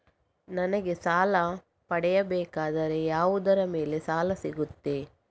ನನಗೆ ಸಾಲ ಪಡೆಯಬೇಕಾದರೆ ಯಾವುದರ ಮೇಲೆ ಸಾಲ ಸಿಗುತ್ತೆ?